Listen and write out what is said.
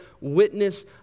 witness